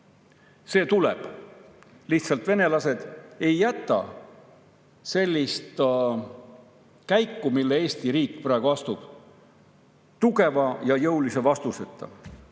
See tuleb! Lihtsalt venelased ei jäta sellist sammu, mille Eesti riik praegu astub, tugeva ja jõulise vastuseta.